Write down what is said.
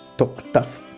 talk tough,